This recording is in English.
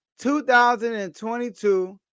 2022